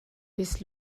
bis